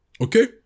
Okay